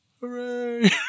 Hooray